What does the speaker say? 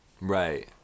right